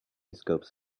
scopes